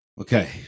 Okay